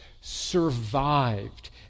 survived